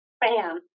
bam